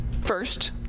First